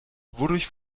wodurch